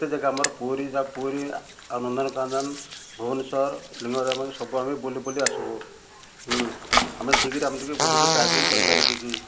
ଏତେ ଜାଗା ଆମର ପୁରୀ ଯାଉ ପୁରୀ ଆଉ ନନ୍ଦନକାନନ ଭୁବନେଶ୍ୱର ଲିଙ୍ଗରାଜ ସବୁ ଆମେ ବୁଲି ବୁଲି ଆସିବୁ ଆମେ ଠିକରେ ଆମେ ଟିକେ ବୁଲିକି ଡ୍ରାଇଭିଂ କରିପାରିବେ କି